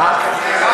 אדוני השר,